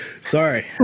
Sorry